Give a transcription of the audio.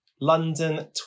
London